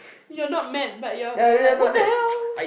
you're not mad but you're you're like what the hell